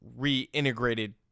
reintegrated